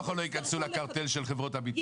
בין כה וכה לא ייכנסו לקרטל של חברות הביטוח.